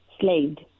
slaved